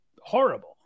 horrible